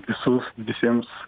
visus visiems